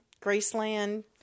Graceland